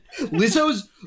Lizzo's